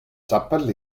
chapel